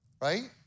right